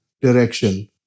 direction